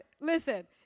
listen